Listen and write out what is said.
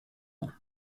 ans